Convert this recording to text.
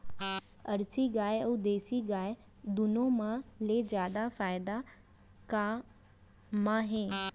Jersey गाय अऊ देसी गाय दूनो मा ले जादा फायदा का मा हे?